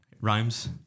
rhymes